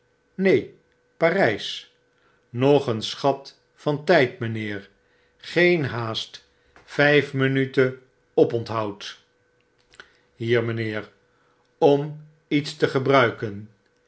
parijs nog een schat van tfld mrfaheer geen haast vfif minuten oponthoud hier mijnheer om iets te gebruiken